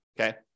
okay